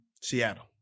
Seattle